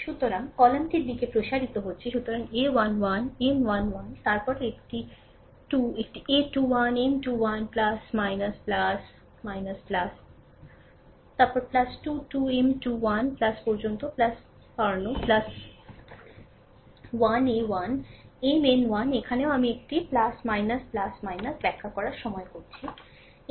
সুতরাং কলামটির দিকে প্রসারিত হচ্ছে সুতরাং a1 1 m 1 1 তারপরে একটি 2 একটি a21 m 21 তারপরে 2 2 M2 1 পর্যন্ত 1 পর্নো 1 এ 1 Mn 1 এখানেও আমি এটি ব্যাখ্যা করার সময় করছি